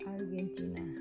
Argentina